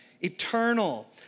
Eternal